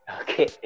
Okay